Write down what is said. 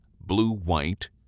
blue-white